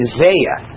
Isaiah